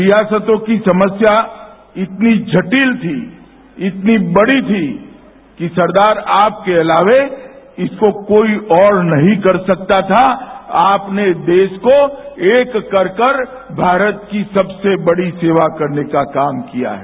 रियासतों की समस्या इतनी जटिल थी इतनी बड़ी थी सरदार आपके अलावा इसको कोई और नहीं कर सकता था आप ने इस देश को एक करके भारत की सबसे बड़ी सेवा करने का काम किया है